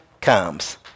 comes